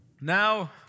Now